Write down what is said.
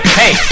hey